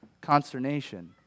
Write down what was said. consternation